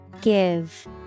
give